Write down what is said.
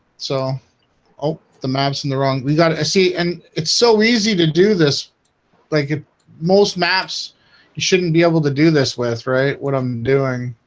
so hope the maps on and the wrong. we got a seat and it's so easy to do this like ah most maps you shouldn't be able to do this with right what i'm doing